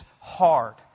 hard